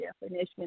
definition